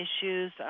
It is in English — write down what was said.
issues